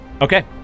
Okay